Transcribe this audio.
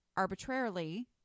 arbitrarily